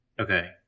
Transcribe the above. Okay